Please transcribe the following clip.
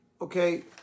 okay